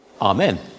Amen